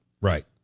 Right